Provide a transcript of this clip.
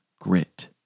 Grit